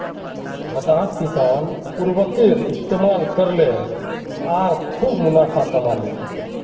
हताश किसान उर्वरकेर इस्तमाल करले आर खूब मुनाफ़ा कमा ले